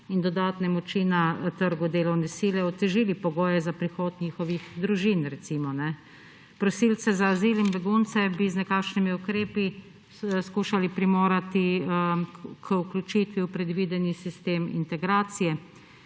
in dodatne moči na trgu delovne sile, otežili pogoje za prihod njihovih družin, recimo. Prosilce za azil in begunce bi z nekakšnimi ukrepi skušali primorati k vključitvi v predvideni sistem integracije